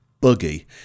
buggy